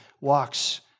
walks